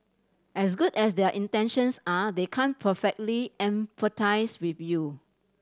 as good as their intentions are they can't perfectly empathise with you